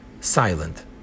silent